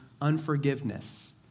unforgiveness